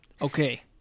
Okay